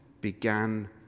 began